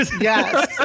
yes